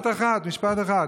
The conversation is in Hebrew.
משפט אחד, משפט אחד: